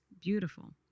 beautiful